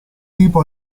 tipo